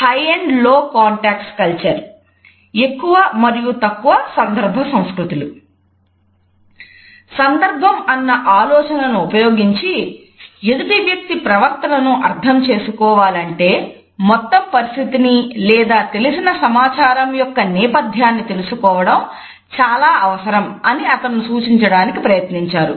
hall సందర్భం అన్న ఆలోచనను ఉపయోగించి ఎదుటి వ్యక్తి ప్రవర్తనను అర్థం చేసుకోవాలంటే మొత్తం పరిస్థితిని లేదా తెలిసిన సమాచారం యొక్క నేపథ్యాన్ని తెలుసుకోవడం చాలా అవసరం అని అతను సూచించడానికి ప్రయత్నించారు